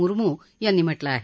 मुरमू यांनी म्हटलं आहे